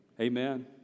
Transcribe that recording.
Amen